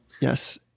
Yes